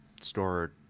store